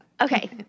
Okay